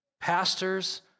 pastors